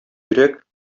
йөрәк